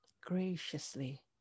graciously